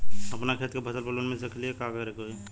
अपना खेत के फसल पर लोन मिल सकीएला का करे के होई?